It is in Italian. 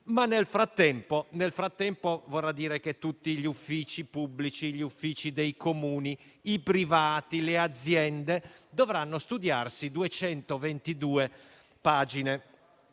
Nel frattempo, però, tutti gli uffici pubblici, gli uffici dei Comuni, i privati e le aziende dovranno studiare 222 pagine